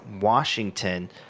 Washington